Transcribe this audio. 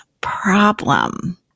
problem